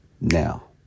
now